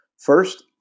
First